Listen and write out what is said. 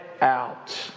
out